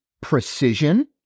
precision